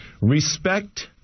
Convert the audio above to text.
respect